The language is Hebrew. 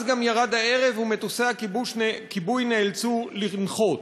אז גם ירד הערב ומטוסי הכיבוי נאלצו לנחות.